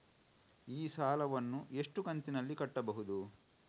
ಈ ಸಾಲವನ್ನು ಎಷ್ಟು ಕಂತಿನಲ್ಲಿ ಕಟ್ಟಬಹುದು?